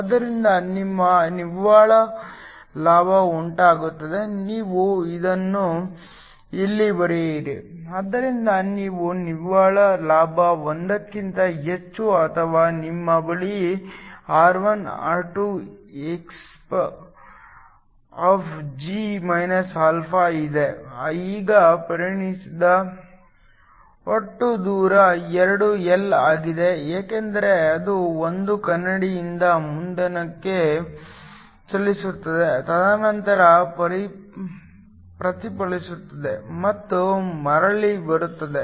ಆದ್ದರಿಂದ ನಿಮ್ಮ ನಿವ್ವಳ ಲಾಭ ಉಂಟಾಗುತ್ತದೆ ನೀವು ಅದನ್ನು ಇಲ್ಲಿ ಬರೆಯಿರಿ ಆದ್ದರಿಂದ ನೀವು ನಿವ್ವಳ ಲಾಭ 1 ಕ್ಕಿಂತ ಹೆಚ್ಚು ಅಥವಾ ನಿಮ್ಮ ಬಳಿ R1 R2 exp g−α ಇದೆ ಈಗ ಪ್ರಯಾಣಿಸಿದ ಒಟ್ಟು ದೂರ 2 L ಆಗಿದೆ ಏಕೆಂದರೆ ಅದು 1 ಕನ್ನಡಿಯಿಂದ ಮುಂದಿನದಕ್ಕೆ ಚಲಿಸುತ್ತದೆ ತದನಂತರ ಪ್ರತಿಫಲಿಸುತ್ತದೆ ಮತ್ತು ಮರಳಿ ಬರುತ್ತದೆ